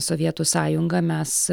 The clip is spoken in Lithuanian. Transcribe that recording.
sovietų sąjungą mes